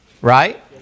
Right